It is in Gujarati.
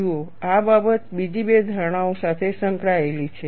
જુઓ આ બાબત બીજી બે ધારણાઓ સાથે સંકળાયેલી છે